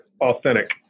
authentic